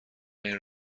این